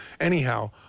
Anyhow